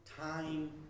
time